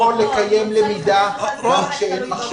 אתה יכול לקיים למידה גם כשאין מחשבים.